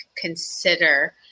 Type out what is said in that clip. consider